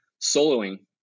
soloing